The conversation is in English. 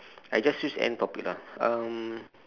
I just use any topic lah um